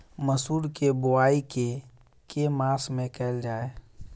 मसूर केँ बोवाई केँ के मास मे कैल जाए?